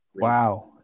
wow